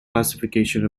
classification